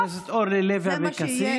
תודה, חברת הכנסת אורלי לוי אבקסיס.